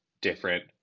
different